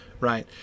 right